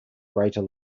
greater